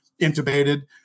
intubated